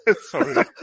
Sorry